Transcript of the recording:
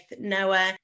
Noah